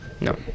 no